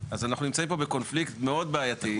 אז אנחנו נמצאים פה בקונפליקט מאוד בעייתי,